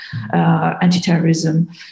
anti-terrorism